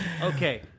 Okay